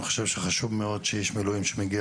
אני חושב שחשוב מאוד שאיש מילואים שמגיע